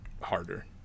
harder